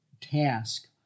task